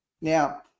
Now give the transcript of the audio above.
Now